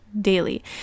daily